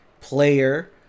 player